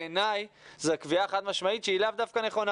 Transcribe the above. בעיני זו קביעה חד משמעית שהיא לאו דווקא נכונה.